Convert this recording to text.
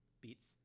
beats